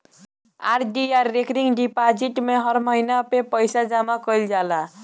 RD या recurring deposit में हर महिना पअ पईसा जमा कईल जाला